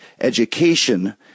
education